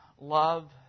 love